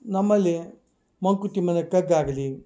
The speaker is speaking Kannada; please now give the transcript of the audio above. ನಮ್ಮಲ್ಲಿ ಮಂಕುತಿಮ್ಮನ ಕಗ್ಗ ಆಗಲಿ